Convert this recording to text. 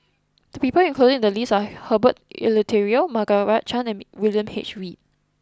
the people included in the list are Herbert Eleuterio Margaret Chan and William H Read